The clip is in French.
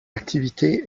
activité